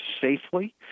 safely